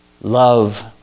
love